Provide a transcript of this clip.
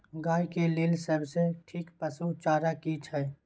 गाय के लेल सबसे ठीक पसु चारा की छै?